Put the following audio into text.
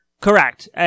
Correct